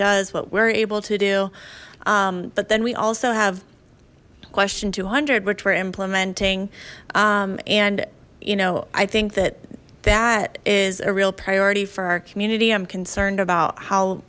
does what we're able to do but then we also have question two hundred which we're implementing and you know i think that that is a real priority for our community i'm concerned about how